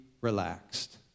relaxed